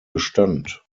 bestand